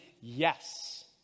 yes